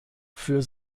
für